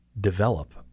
develop